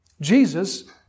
Jesus